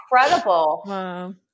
incredible